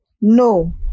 no